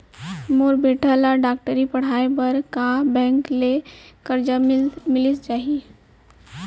मोर बेटा ल डॉक्टरी पढ़ाये बर का बैंक ले करजा मिलिस जाही?